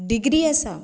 degree आसा